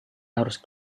harus